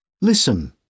Listen